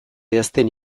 idazten